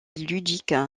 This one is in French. ludique